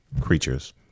creatures